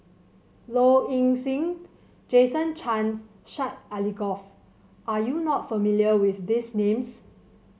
Low Ing Sing Jason Chan and Syed Alsagoff are you not familiar with these names